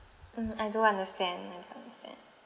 mm I do understand I do understand